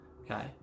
okay